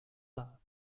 love